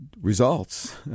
results